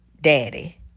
daddy